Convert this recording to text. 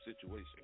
situation